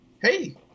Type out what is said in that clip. Hey